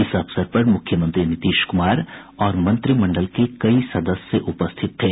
इस अवसर पर मुख्यमंत्री नीतीश कुमार और मंत्रिमंडल के कई सदस्य उपस्थित थे